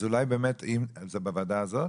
אז אולי באמת, אם --- זה בוועדה הזאת?